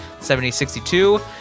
70-62